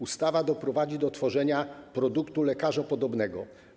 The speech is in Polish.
Ustawa doprowadzi do stworzenia produktu lekarzopodobnego.